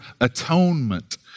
atonement